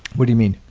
what do you mean?